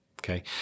okay